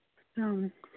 اَ